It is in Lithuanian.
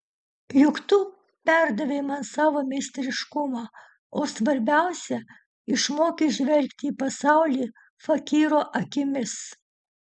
juk tu perdavei man savo meistriškumą o svarbiausia išmokei žvelgti į pasaulį fakyro akimis